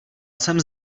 jsem